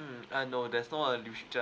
mm err no there's no a